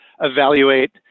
evaluate